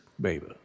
baby